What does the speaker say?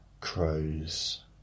Crows